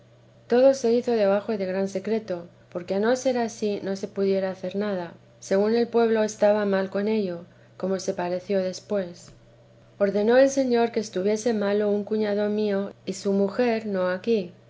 todo se hizo debajo de gran secreto porque a no ser ansí no sé si pudiera hacer nada según el pueblo estaba mal con ello como se pareció después ordenó el señor que estuviese malo un cuñado mío y su mujer no aquí